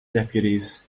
deputies